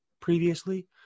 previously